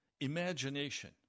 imagination